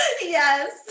Yes